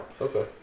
okay